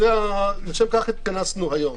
לשם כך התכנסנו היום.